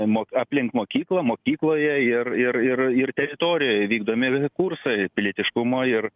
mo aplink mokyklą mokykloje ir ir ir ir teritorijoj vykdomi kursai pilietiškumo ir